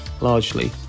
largely